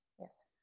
Yes